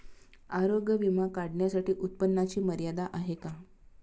आरोग्य विमा काढण्यासाठी उत्पन्नाची मर्यादा आहे का?